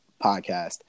Podcast